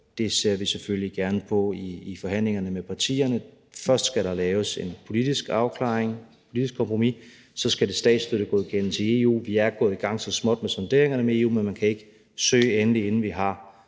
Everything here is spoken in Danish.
Det ser vi selvfølgelig gerne på i forhandlingerne med partierne. Først skal der laves en politisk afklaring, et politisk kompromis. Så skal det statsstøttegodkendes i EU. Vi er så småt gået i gang med sonderingerne med EU, men man kan ikke søge endeligt, inden vi har